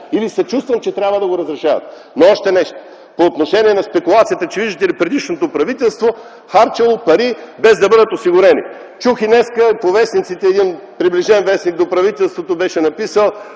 и Ви съчувствам, че трябва да го разрешавате. По отношение на спекулацията, че, виждате ли, предишното правителство харчило пари, без да бъдат осигурени. Чух и днес, един приближен вестник до правителството беше написал: